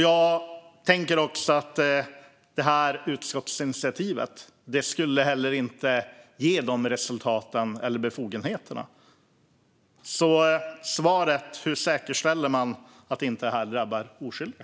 Detta utskottsinitiativ skulle heller inte ge de resultaten eller de befogenheterna. Hur säkerställer man att det inte drabbar oskyldiga?